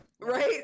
Right